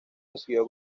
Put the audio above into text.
recibió